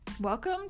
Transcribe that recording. Welcome